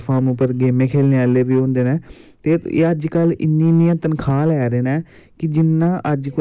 ते होर बच्चें गी जेह्ड़ी ओह् ऐ होऐ पढ़ाई दे कन्ने कन्ने खेल ते गेम च बी बड़ा